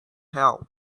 help